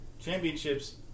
championships